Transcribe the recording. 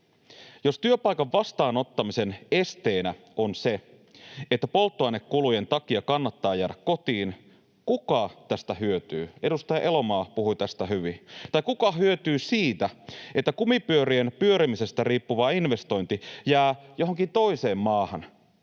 Jos työpaikan vastaanottamisen esteenä on se, että polttoainekulujen takia kannattaa jäädä kotiin, niin kuka tästä hyötyy — edustaja Elomaa puhui tästä hyvin — tai kuka hyötyy siitä, että kumipyörien pyörimisestä riippuvaa investointi jää johonkin toiseen maahan?